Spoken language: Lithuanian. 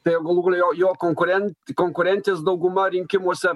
tai galų gale jo jo konkuren konkurentės dauguma rinkimuose